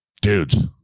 dudes